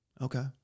Okay